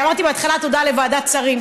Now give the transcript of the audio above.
אמרתי בהתחלה תודה לוועדת שרים,